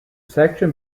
section